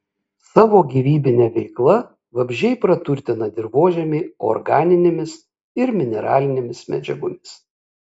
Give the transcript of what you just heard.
savo gyvybine veikla vabzdžiai praturtina dirvožemį organinėmis ir mineralinėmis medžiagomis